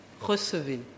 Recevez